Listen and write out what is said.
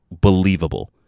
believable